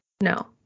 No